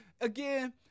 again